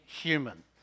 human